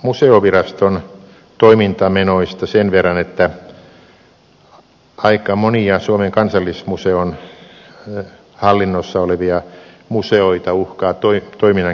museoviraston toimintamenoista sen verran että aika monia suomen kansallismuseon hallinnassa olevia museoita uhkaa toiminnan keskeyttäminen